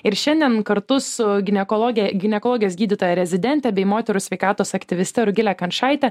ir šiandien kartu su ginekologe ginekologės gydytoja rezidentė bei moterų sveikatos aktyviste rugile kančaite